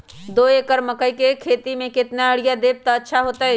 दो एकड़ मकई के खेती म केतना यूरिया देब त अच्छा होतई?